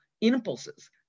impulses